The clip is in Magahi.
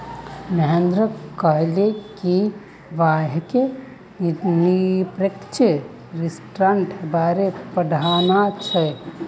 महेंद्र कहले कि वहाक् निरपेक्ष रिटर्न्नेर बारे पढ़ना छ